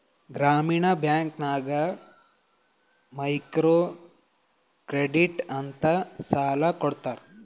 ಗ್ರಾಮೀಣ ಬ್ಯಾಂಕ್ ನಾಗ್ micro credit ಅಂತ್ ಸಾಲ ಕೊಡ್ತಾರ